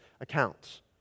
accounts